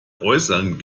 äußerln